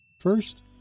First